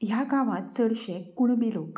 ह्या गांवात चडशे कुणबी लोक